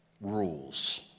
rules